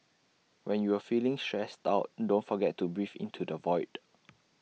when you are feeling stressed out don't forget to breathe into the void